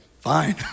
fine